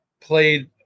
played